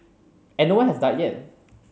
and no one has died yet